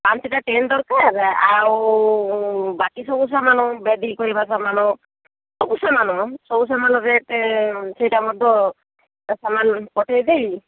ପାଞ୍ଚ ଟା ଟେଣ୍ଟ ଦରକାର ଆଉ ବାକି ସବୁ ସାମାନ ବେଦି କରିବା ସାମାନ ସବୁ ସାମାନ ସବୁ ସାମାନ ରେଟ ସେଇଟା ମଧ୍ୟ ସାମାନ ପଠେଇ ଦେଇ